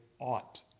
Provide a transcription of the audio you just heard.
ought